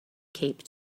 cape